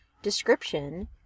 description